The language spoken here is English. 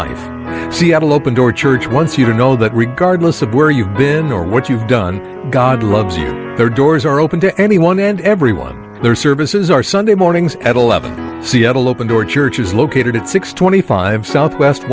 like seattle open door church wants you to know that regardless of where you've been or what you've done god loves doors are open to anyone and everyone services are sunday mornings at eleven seattle open door church is located at six twenty five south west